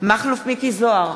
מכלוף מיקי זוהר,